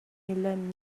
millennium